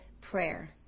prayer